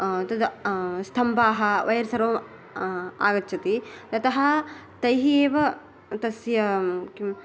तत् स्तम्भाः वयर् सर्वं आगच्छति ततः तैः एव तस्य किं